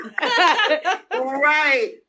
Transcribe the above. Right